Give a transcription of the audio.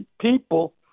people